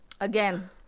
Again